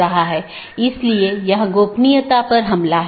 BGP सत्र की एक अवधारणा है कि एक TCP सत्र जो 2 BGP पड़ोसियों को जोड़ता है